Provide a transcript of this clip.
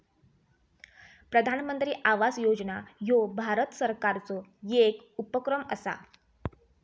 प्रधानमंत्री आवास योजना ह्यो भारत सरकारचो येक उपक्रम असा